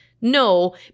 No